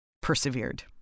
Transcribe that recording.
persevered